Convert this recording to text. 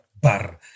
bar